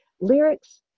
lyrics